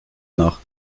nach